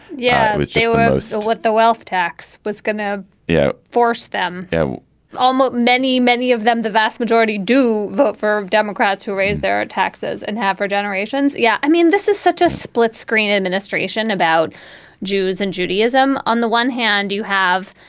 yeah. they all ah know so what the wealth tax was going to yeah force them yeah almost many, many of them. the vast majority do vote for democrats who raise their taxes and have for generations. yeah. i mean, this is such a split screen administration about jews and judaism on the one hand, you have.